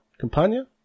Campania